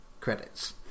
credits